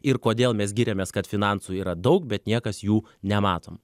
ir kodėl mes giriamės kad finansų yra daug bet niekas jų nematom